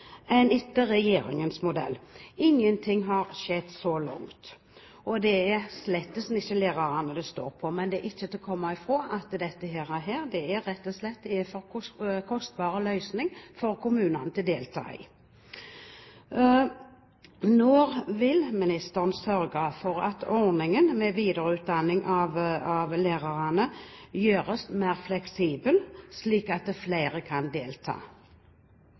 etter regjeringens modell. Ingenting har skjedd så langt, og det er slett ikke lærerne det står på. Det er ikke til å komme ifra at dette rett og slett er en for kostbar løsning for kommunene til å delta i. Når vil ministeren sørge for at ordningen med videreutdanning av lærerne gjøres mer fleksibel, slik at flere kan delta?